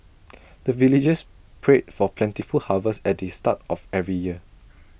the villagers pray for plentiful harvest at the start of every year